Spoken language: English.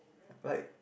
like